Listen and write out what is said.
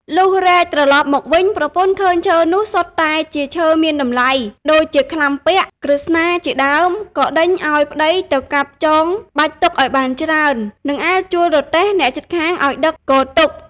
លុះរែកត្រឡប់មកវិញ ប្រពន្ធឃើញឈើនោះសុទ្ធតែជាឈើមានតម្លៃ ដូចជាក្លាំពាក់ ក្រឹស្នាជាដើម ក៏ដេញឱ្យប្តីទៅកាប់ចងបាច់ទុកឱ្យបានច្រើន នឹងអាលជួលរទេះអ្នកជិតខាងឱ្យដឹកគរទុក។